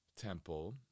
temple